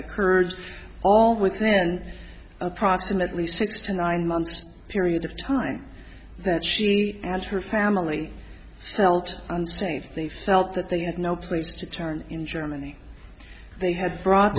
occurred all with then approximately six to nine months period of time that she and her family felt unsafe they felt that they had no place to turn in germany they had bro